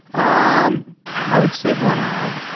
um i would say one eye.